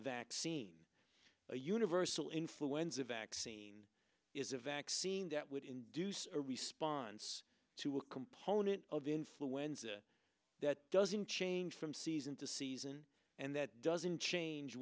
vaccine a universal influenza vaccine is a vaccine that would induce a response to a component of influenza that doesn't change from season to season and that doesn't change